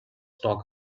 talk